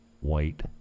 White